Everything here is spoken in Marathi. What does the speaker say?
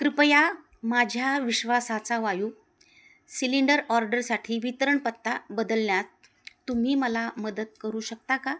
कृपया माझ्या विश्वासाचा वायू सिलिंडर ऑर्डरसाठी वितरणपत्ता बदलण्यात तुम्ही मला मदत करू शकता का